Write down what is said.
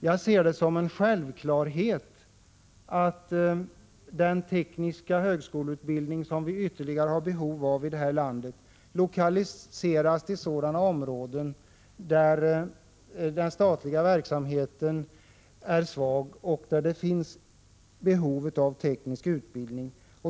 Jag ser det som en självklarhet att den ytterligare tekniska högskoleutbildning som vi har behov av i landet lokaliseras till sådana områden där den statliga verksamheten är svag och där det finns behov av teknisk utbildning.